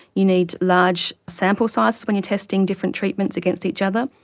you need large sample sizes when you are testing different treatments against each other.